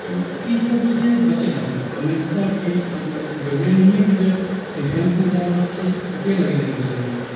तऽ ईसभसँ बचय लागी हमेशा कि मतलब जे जरूरी नहि हइ कि जे डिफेंसमे जा रहल छी ओकरे लागी जरूरी छै ई